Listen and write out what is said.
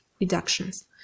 reductions